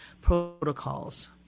protocols